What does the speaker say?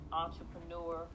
entrepreneur